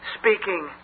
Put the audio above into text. speaking